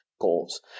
goals